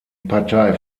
partei